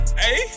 hey